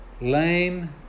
lame